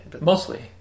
mostly